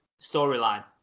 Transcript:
storyline